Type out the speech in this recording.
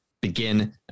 begin